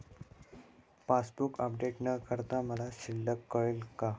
Passbook update न करता मला शिल्लक कळेल का?